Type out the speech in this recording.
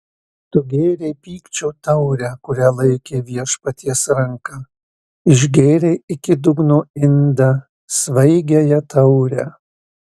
tu gėrei pykčio taurę kurią laikė viešpaties ranka išgėrei iki dugno indą svaigiąją taurę